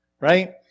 right